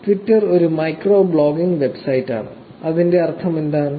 Twitter ഒരു micro blogging വെബ്സൈറ്റാണ് അതിന്റെ അർത്ഥമെന്താണ്